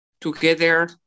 together